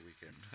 weekend